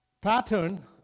pattern